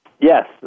Yes